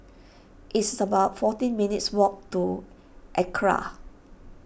it's about fourteen minutes' walk to Acra